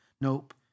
nope